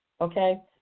okay